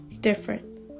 different